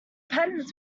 patterns